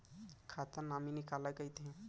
खाता नॉमिनी काला कइथे?